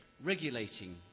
regulating